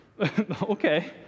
Okay